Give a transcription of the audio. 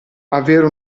avere